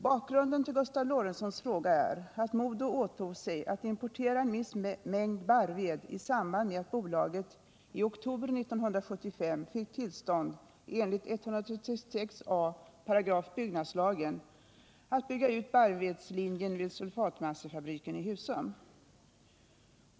Bakgrunden till Gustav Lorentzons fråga är att MoDo åtog sig att importera en viss mängd barrved i samband med att bolaget i oktober 1975 fick tillstånd enligt 136 a § byggnadslagen att bygga ut barrvedslinjen vid sulfatmassafabriken i Husum.